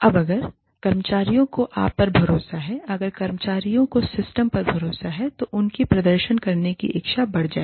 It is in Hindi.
अब अगर कर्मचारियों को आप पर भरोसा है अगर कर्मचारियों को सिस्टम पर भरोसा है तो उनकी प्रदर्शन करने की इच्छा बढ़ जाएगी